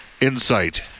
insight